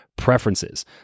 preferences